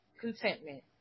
contentment